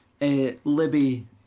Libby